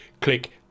click